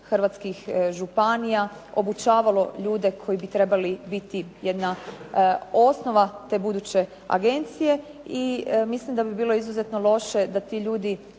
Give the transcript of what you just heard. hrvatskih županija obučavalo ljude koji bi trebali biti ta jedna osnova buduće agencije. I mislim da bi bilo izuzetno loše da ti ljudi